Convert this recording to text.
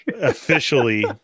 officially